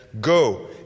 go